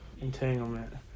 entanglement